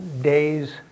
Days